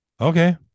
Okay